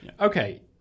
okay